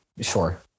sure